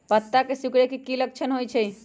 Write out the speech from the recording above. पत्ता के सिकुड़े के की लक्षण होइ छइ?